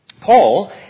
Paul